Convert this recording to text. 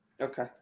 Okay